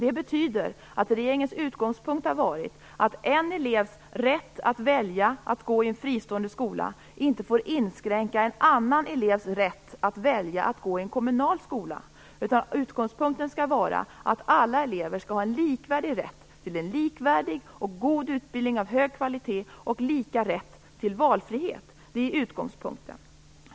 Det betyder att regeringens utgångspunkt har varit att en elevs rätt att välja att gå i en fristående skola inte får inskränka en annan elevs rätt att välja att gå i en kommunal skola. Utgångspunkten skall vara att alla elever skall ha en likvärdig rätt till en likvärdig och god utbildning av hög kvalitet samt lika rätt till valfrihet.